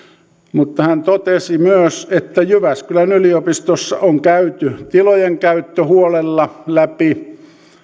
mutta hän totesi myös että jyväskylän yliopistossa on käyty tilojen käyttö huolella läpi